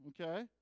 okay